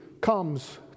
comes